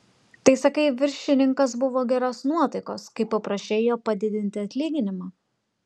tai sakai viršininkas buvo geros nuotaikos kai paprašei jo padidinti atlyginimą